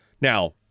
Now